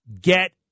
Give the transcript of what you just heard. Get